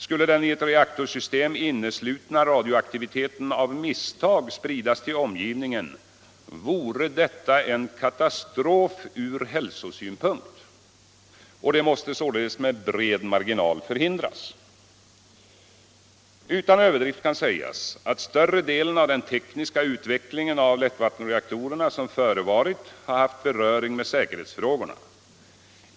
Skulle den i ett reaktorsystem inneslutna radioaktiviteten av misstag spridas till omgivningen, vore detta en katastrof ur hälsosynpunkt. Detta måste således med bred marginal förhindras. Utan överdrift kan sägas, att större delen av den tekniska utvecklingen av lättvattenreaktorerna som förevarit har haft beröring med säkerhetsfrågorna.